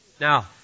Now